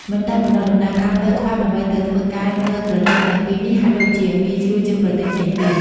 មិនតែប៉ុណ្ណោះ ដំណើរការផ្លូវច្បាប់ដើម្បីទៅធ្វើការនៅប្រទេសទាំងពីរនេះ ហាក់ដូចជាងាយស្រួលជាងប្រទេសផ្សេងទៀត។